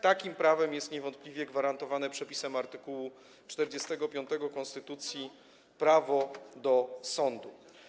Takim prawem jest niewątpliwie gwarantowane przepisem art. 45 konstytucji prawo do sądu.